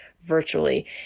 virtually